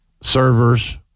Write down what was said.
servers